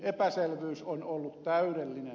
epäselvyys on ollut täydellinen